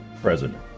president